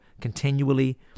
continually